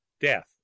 death